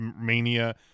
mania